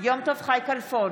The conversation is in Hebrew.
יום טוב חי כלפון,